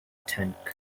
tank